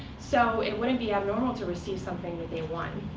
so it wouldn't be abnormal to receive something that they won.